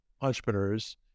entrepreneurs